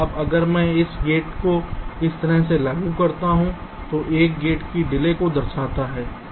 अब अगर मैं इस गेट को इस तरह से लागू करता हूं तो 1 गेटों की डिले को दर्शाता है